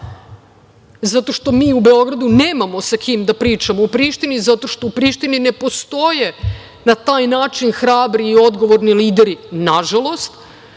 zato što mi u Beogradu nemamo sa kim da pričamo u Prištini, zato što u Prištini ne postoje na taj način hrabri i odgovorni lideri, nažalost. Dakle,